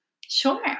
Sure